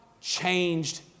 changed